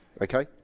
Okay